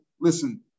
listen